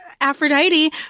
aphrodite